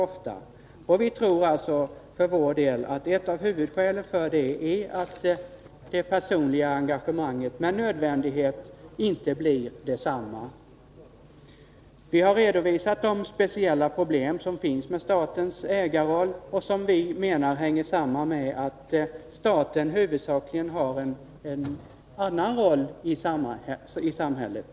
Och vi tror för vår del att ett av huvudskälen till det är att det personliga engagemanget med nödvändighet inte blir detsamma. Vi har redovisat de speciella problem som finns med statens ägarroll och som vi menar hänger samman med att staten huvudsakligen har en annan roll i samhället.